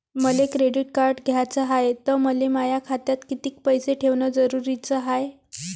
मले credit card घ्याचं हाय, त मले माया खात्यात कितीक पैसे ठेवणं जरुरीच हाय?